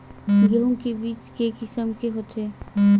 गेहूं के बीज के किसम के होथे?